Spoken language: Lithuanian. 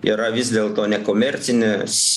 yra vis dėlto nekomercinės